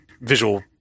visual